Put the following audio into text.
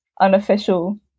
unofficial